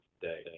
today